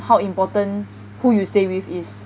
how important who you stay with is